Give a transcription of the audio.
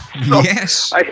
Yes